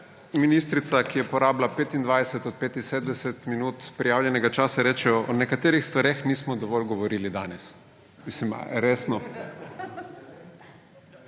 ministrica, ki je porabila 25 od 75 minut prijavljenega časa, reče – o nekaterih stvareh nismo dovolj govorili danes. Mislim, a resno?!